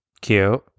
Cute